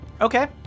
Okay